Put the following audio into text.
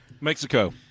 Mexico